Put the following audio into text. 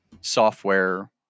software